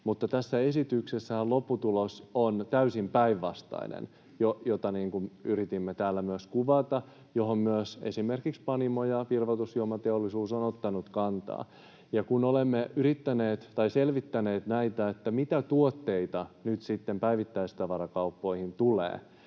tässä esityksessähän lopputulos on täysin päinvastainen, mitä yritimme täällä myös kuvata ja mihin myös esimerkiksi Panimo‑ ja virvoitusjuomateollisuus on ottanut kantaa. Kun olemme selvittäneet, mitä tuotteita nyt sitten päivittäistavarakauppoihin tulee,